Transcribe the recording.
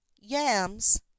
yams